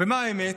ומה האמת?